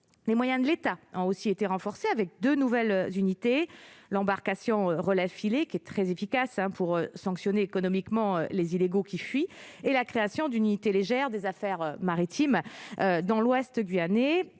Les moyens de l'État ont été renforcés, avec deux nouvelles unités. Je pense notamment à l'embarcation relève-filets qui est très efficace pour sanctionner économiquement les illégaux qui fuient, et à la création d'une unité légère des affaires maritimes dans l'Ouest guyanais.